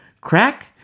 crack